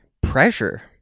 pressure